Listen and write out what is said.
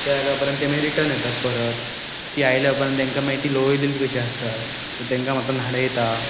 ते जाल्या उपरांत ते मागीर रिटर्न येतात परत ती आयल्या उपरांत तेंकां मागीर ती लोवयलेली कशी आसतात तेंकां मातसो न्हाणयता